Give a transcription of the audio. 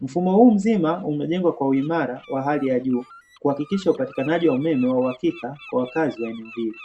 Mfumo huu mzima umejengwa kwa uimara wa hali ya juu, kuhakikisha upatikanaji wa uhakika kwa wakazi wa eneo hili.